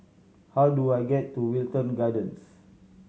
how do I get to Wilton Gardens